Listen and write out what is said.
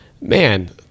Man